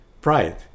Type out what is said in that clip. pride